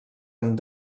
amb